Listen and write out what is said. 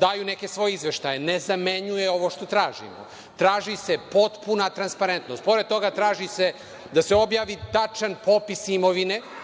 daju neke svoje izveštaje ne zamenjuje ovo što tražimo. Traži se potpuna transparentnost. Traži se da se objavi tačan popis imovine,